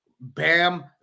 Bam